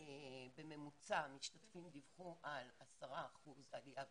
שבממוצע המשתתפים דיווחו על 10% עלייה בשכר.